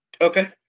Okay